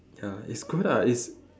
ya it's good ah it's